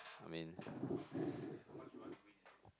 I mean